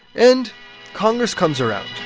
and congress comes around